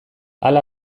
hala